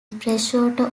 freshwater